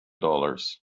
dollars